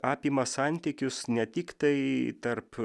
apima santykius ne tiktai tarp